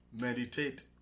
Meditate